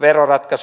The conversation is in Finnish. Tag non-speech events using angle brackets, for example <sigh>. veroratkaisu <unintelligible>